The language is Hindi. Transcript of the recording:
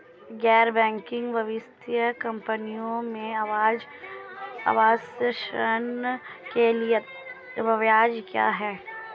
गैर बैंकिंग वित्तीय कंपनियों में आवास ऋण के लिए ब्याज क्या है?